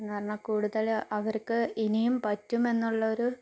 എന്ന് പറഞ്ഞാൽ കൂടുതൽ അവർക്ക് ഇനിയും പറ്റുമെന്നുള്ള ഒരു